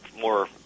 more